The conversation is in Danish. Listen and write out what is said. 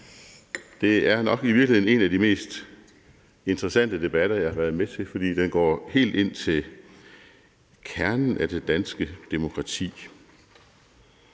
Det er nok i virkeligheden en af de mest interessante debatter, jeg har været med til, fordi den går helt ind til kernen af det danske demokrati.